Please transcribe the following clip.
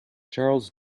charles